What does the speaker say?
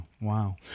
wow